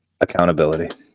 accountability